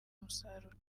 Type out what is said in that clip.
umusaruro